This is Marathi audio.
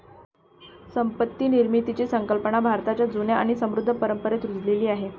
संपत्ती निर्मितीची कल्पना भारताच्या जुन्या आणि समृद्ध परंपरेत रुजलेली आहे